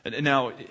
Now